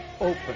open